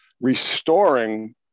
restoring